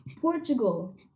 Portugal